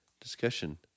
discussion